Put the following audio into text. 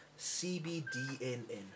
cbdnn